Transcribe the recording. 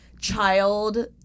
child